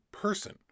person